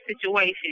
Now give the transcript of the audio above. situation